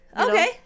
Okay